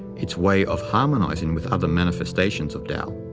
its way of harmonizing with other manifestations of tao.